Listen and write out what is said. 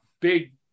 Big